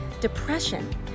depression